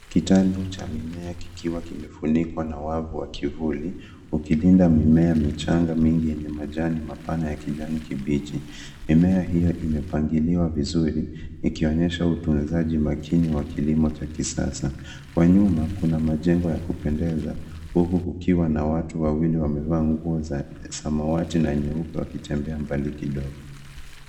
Kitalu cha miche kimefunikwa na wavu wa kivuli, kikilinda mimea michanga yenye majani mapana ya kijani kibichi. Mimea hiyo imepangwa kwa mpangilio mzuri, inayoonyesha utunzaji wa hali ya juu katika kilimo cha kisasa. Kwa nyuma, kuna majengo ya kupendeza. Eneo hilo lina watu wawili waliovaa mavazi ya samawati na nyeupe, wakitembea karibu na kitalu hicho.